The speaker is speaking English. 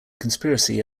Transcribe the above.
conspiracy